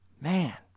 Man